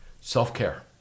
Self-care